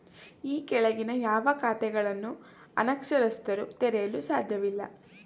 ಈ ಕೆಳಗಿನ ಯಾವ ಖಾತೆಗಳನ್ನು ಅನಕ್ಷರಸ್ಥರು ತೆರೆಯಲು ಸಾಧ್ಯವಿಲ್ಲ?